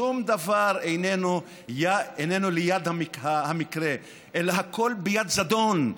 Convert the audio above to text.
שום דבר איננו יד המקרה אלא הכול ביד זדון,